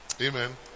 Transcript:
Amen